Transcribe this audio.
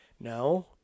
No